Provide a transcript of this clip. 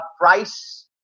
price